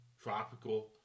tropical